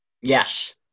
Yes